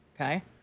Okay